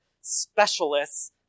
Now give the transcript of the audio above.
specialists